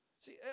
See